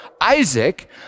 Isaac